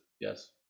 yes